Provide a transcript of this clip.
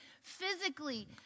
physically